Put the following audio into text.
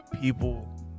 people